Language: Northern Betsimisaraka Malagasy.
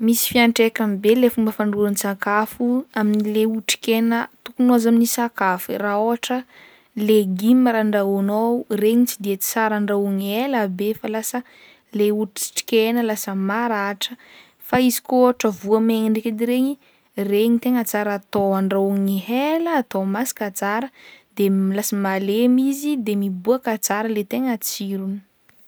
Misy fiantraikany be le fomba fandrahoan-tsakafo amin'ilay otrikaina tokony ho azo amin'ny sakafo raha ôhatra legima raha andrahoanao regny tsy de tsara andrahoigny elabe fa lasa le otri-trikaina lasa maratra fa izy koa ôhatra voamaigna ndraiky edy regny, regny tegna tsara atao andrahoigny ela atao masaka tsara de lasa malemy izy de miboaka tsara le tegna tsirony.